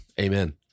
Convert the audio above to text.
Amen